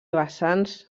vessants